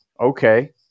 okay